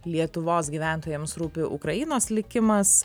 lietuvos gyventojams rūpi ukrainos likimas